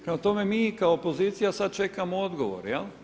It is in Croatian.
Prema tome, mi kao opozicija sad čekamo odgovor.